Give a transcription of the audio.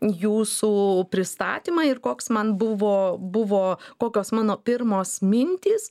jūsų pristatymą ir koks man buvo buvo kokios mano pirmos mintys